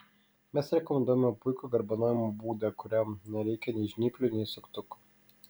mes rekomenduojame puikų garbanojimo būdą kuriam nereikia nei žnyplių nei suktukų